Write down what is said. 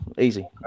Easy